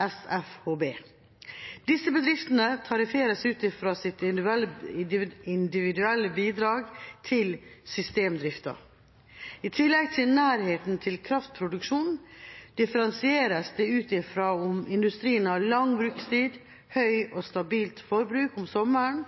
SFHB. Disse bedriftene tarifferes ut fra sitt individuelle bidrag til systemdriften. I tillegg til nærheten til kraftproduksjon differensieres det ut fra om industrien har lang brukstid, høyt og stabilt forbruk om sommeren,